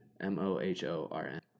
M-O-H-O-R-N